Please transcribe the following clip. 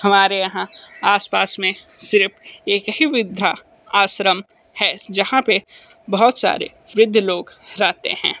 हमारे यहाँ आस पास में सिर्फ एक ही वृद्धाश्रम है जहाँ पर बहुत सारे वृद्ध लोग रहते हैं